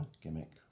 gimmick